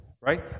Right